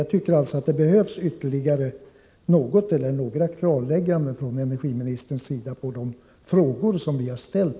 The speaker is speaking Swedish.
Jag tycker alltså att det behövs ytterligare några klarlägganden från energiministerns sida med anledning av de frågor som vi har ställt.